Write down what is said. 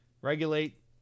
Regulate